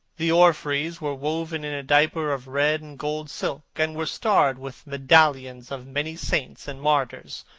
the orphreys were woven in a diaper of red and gold silk, and were starred with medallions of many saints and martyrs,